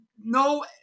no